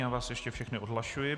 Já vás ještě všechny odhlašuji.